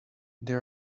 they